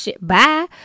bye